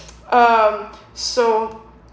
um so